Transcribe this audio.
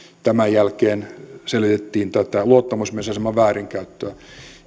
tämän jälkeen selvitettiin tätä luottamusaseman väärinkäyttöä